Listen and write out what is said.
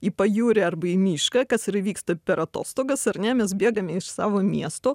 į pajūrį arba į mišką kas vyksta per atostogas ar ne mes bėgame iš savo miestų